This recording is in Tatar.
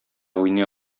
уйный